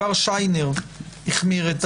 שיינר כבר החמיר את